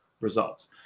results